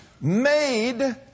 made